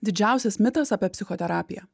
didžiausias mitas apie psichoterapiją